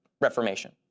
reformation